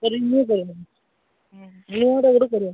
renew କରିବା